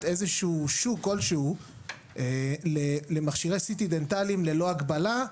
איזשהו שוק כלשהו למכשירי CT דנטליים ללא הגבלה,